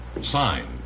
Sign